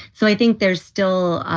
so i think there's still,